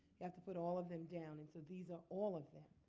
you have to put all of them down. and so these are all of that